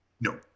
No